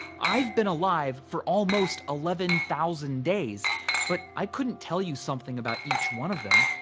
i've been alive for almost eleven thousand days but i couldn't tell you something about each one of them.